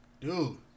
dude